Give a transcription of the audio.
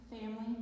family